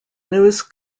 news